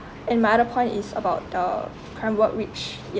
and my other point is about the crime work which ye~